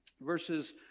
verses